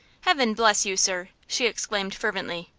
heaven bless you, sir! she exclaimed, fervently.